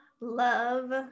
love